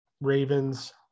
Ravens